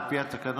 על פי התקנון,